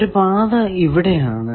ഒരു പാത ഇവിടെ ആണ്